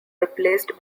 replaced